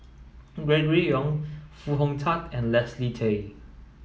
Gregory Yong Foo Hong Tatt and Leslie Tay